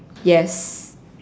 yes